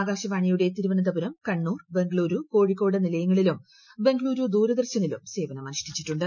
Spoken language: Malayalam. ആകാശവാണിയുടെ തിരുവവനന്തപുരം കണ്ണൂർ ബംഗളൂരു പ്രക്കോഴിക്കോട് നിലയങ്ങളിലും ബംഗളൂരു ദൂരദർശനിലും സേവനമനിഷ്ടിച്ചിട്ടുണ്ട്